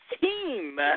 team